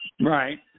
Right